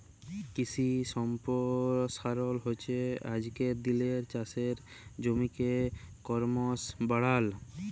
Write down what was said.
কিশি সম্পরসারল হচ্যে আজকের দিলের চাষের জমিকে করমশ বাড়াল